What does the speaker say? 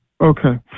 Okay